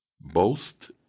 Boast